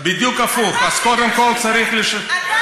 אז תנהל משא